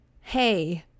hey